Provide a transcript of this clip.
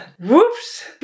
whoops